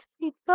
people